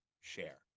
share